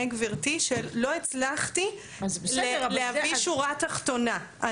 גברתי שלא הצלחתי להביא שורה תחתונה.